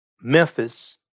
Memphis